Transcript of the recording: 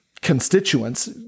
constituents